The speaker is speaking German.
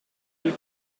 die